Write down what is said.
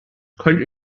könnte